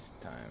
time